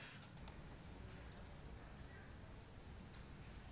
הוא לא שומע אותנו?